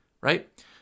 Right